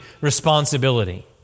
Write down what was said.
responsibility